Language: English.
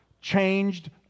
changed